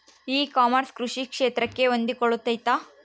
E commerce ಕೃಷಿ ಕ್ಷೇತ್ರಕ್ಕೆ ಹೊಂದಿಕೊಳ್ತೈತಾ?